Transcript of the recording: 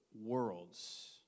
worlds